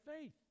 faith